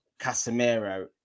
Casemiro